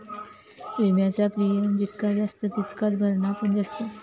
विम्याचा प्रीमियम जितका जास्त तितकाच भरणा पण जास्त